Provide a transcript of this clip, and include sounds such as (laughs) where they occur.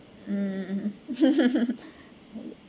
um (laughs)